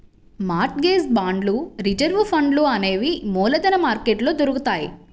mart gauge బాండ్లు reserve ఫండ్లు అనేవి మూలధన మార్కెట్లో దొరుకుతాయ్